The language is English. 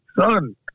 son